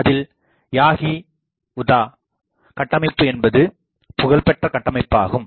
அதில் யாகி உதா கட்டமைப்பு என்பது புகழ்பெற்ற கட்டமைப்பாகும்